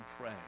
pray